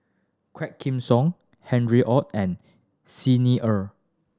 Quah Kim Song Harry Ord and Xi Ni Er